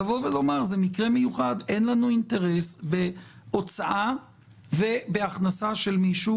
לומר: אין לנו אינטרס בהוצאה ובהכנסה של מישהו,